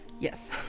Yes